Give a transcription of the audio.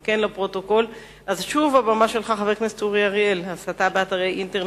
ביום ד' בסיוון תשס"ט (27 במאי 2009):